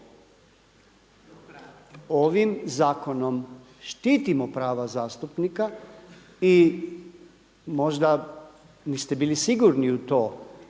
Ovim zakonom štitimo prava zastupnika i možda niste bili sigurni u to